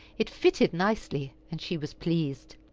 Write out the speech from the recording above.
it fitted nicely, and she was pleased.